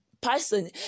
person